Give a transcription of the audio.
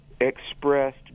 expressed